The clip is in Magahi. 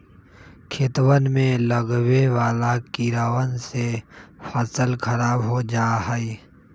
खेतवन में लगवे वाला कीड़वन से फसल खराब हो जाहई